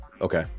Okay